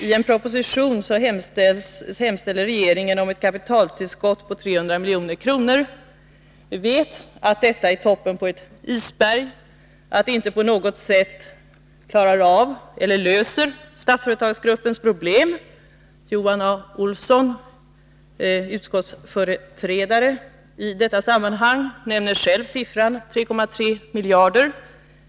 I propositionen hemställer regeringen om ett kapitaltillskott på 300 milj.kr. till Statsföretag. Vi vet att detta är toppen på ett isberg och att det inte på något sätt löser Statsföretagsgruppens problem. Johan A. Olsson, som företräder utskottet i detta sammanhang, nämnde siffran 3,3 miljarder.